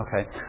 okay